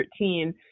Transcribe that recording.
2013